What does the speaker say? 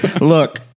Look